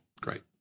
Great